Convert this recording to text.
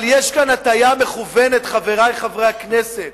אבל כאן יש הטעיה מכוונת, חברי חברי הכנסת.